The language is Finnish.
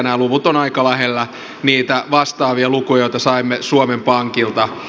nämä luvut ovat aika lähellä niitä vastaavia lukuja joita saimme suomen pankilta